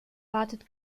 wartet